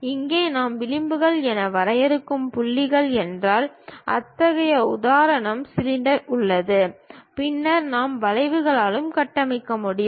இங்கே நாம் விளிம்புகள் என வரையறுக்கும் புள்ளிகள் என்றால் அத்தகைய உதாரணம் சிலிண்டர் உள்ளது பின்னர் நாம் வளைவுகளாலும் கட்டமைக்க முடியும்